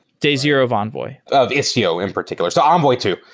day zero of envoy. of istio in particular. so envoy too.